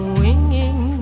winging